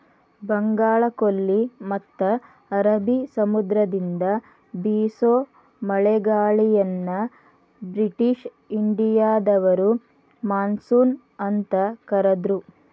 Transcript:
ಬಂಗಾಳಕೊಲ್ಲಿ ಮತ್ತ ಅರಬಿ ಸಮುದ್ರದಿಂದ ಬೇಸೋ ಮಳೆಗಾಳಿಯನ್ನ ಬ್ರಿಟಿಷ್ ಇಂಡಿಯಾದವರು ಮಾನ್ಸೂನ್ ಅಂತ ಕರದ್ರು